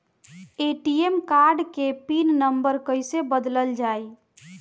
ATM card के PIN number कईसे बदलल जाई?